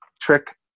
trick